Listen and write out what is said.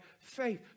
faith